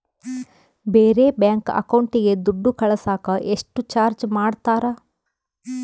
ಬೇರೆ ಬ್ಯಾಂಕ್ ಅಕೌಂಟಿಗೆ ದುಡ್ಡು ಕಳಸಾಕ ಎಷ್ಟು ಚಾರ್ಜ್ ಮಾಡತಾರ?